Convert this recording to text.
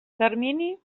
termini